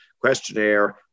questionnaire